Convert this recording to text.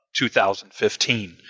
2015